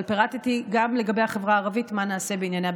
אבל פירטתי גם לגבי החברה הערבית מה נעשה בענייני הבטיחות.